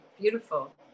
Beautiful